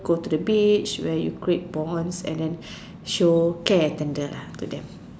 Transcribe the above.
go to the beach where you great bond and then show care attender lah to them